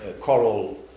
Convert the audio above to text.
coral